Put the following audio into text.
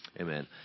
Amen